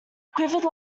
quivered